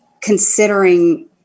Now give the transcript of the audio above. considering